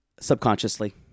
Subconsciously